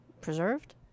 preserved